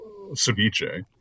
Ceviche